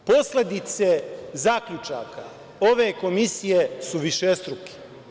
Posledice zaključaka ove komisije su višestruke.